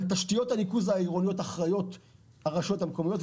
על תשתיות הניקוז העירוניות אחראיות הרשויות המקומיות,